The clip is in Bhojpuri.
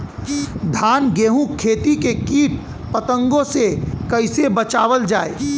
धान गेहूँक खेती के कीट पतंगों से कइसे बचावल जाए?